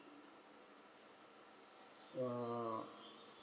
uh